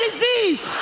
Disease